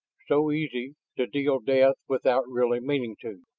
so easy to deal death without really meaning to.